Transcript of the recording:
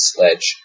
Sledge